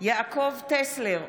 יעקב טסלר,